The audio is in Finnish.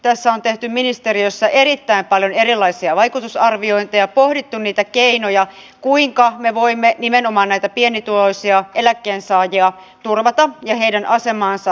tästä on tehty ministeriössä erittäin paljon erilaisia vaikutusarviointeja pohdittu niitä keinoja kuinka me voimme nimenomaan pienituloisia eläkkeensaajia turvata ja heidän asemaansa suojata